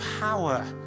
power